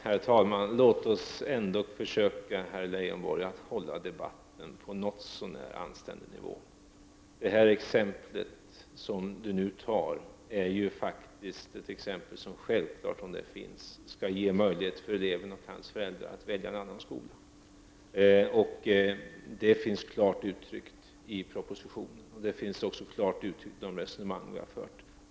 Herr talman! Låt oss ändå, Lars Leijonborg, försöka hålla debatten på en något så när anständig nivå. I ett sådant fall som här togs som exempel skall det naturligtvis finnas möjligheter för eleven och hans föräldrar att välja en annan skola. Det är klart uttryckt i propositionen, och det har också klart uttryckts i de resonemang som vi fört.